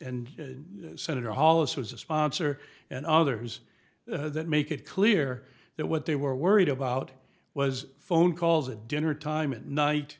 and senator hollis was a sponsor and others that make it clear that what they were worried about was phone calls at dinner time at night